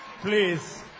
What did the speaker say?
please